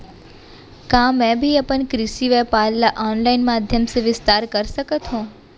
का मैं भी अपन कृषि व्यापार ल ऑनलाइन माधयम से विस्तार कर सकत हो?